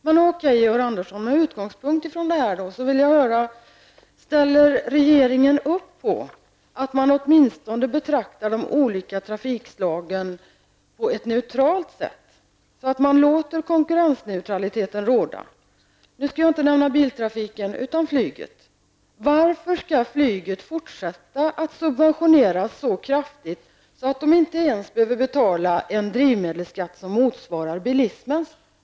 Men, okej -- med utgångspunkt från det vill jag höra av Georg Andersson: Ställer regeringen upp på att åtminstone betrakta de olika trafikslagen på ett neutralt sätt, så att man låter konkurrensneutralitet råda? Nu skall jag inte nämna biltrafiken utan flyget. Varför skall flyget fortsätta att subventioneras så kraftigt att flyget inte ens behöver betala en drivmedelsskatt som motsvarar bilismens?